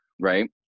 right